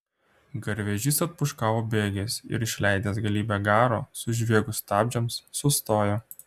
garvežys atpūškavo bėgiais ir išleidęs galybę garo sužviegus stabdžiams sustojo